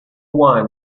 wine